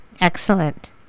Excellent